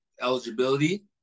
eligibility